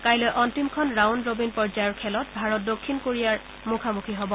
কাইলৈ অন্তিমখন round robin পৰ্যায়ৰ খেলত ভাৰত দক্ষিণ কোৰিয়াৰ মুখামুখি হব